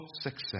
success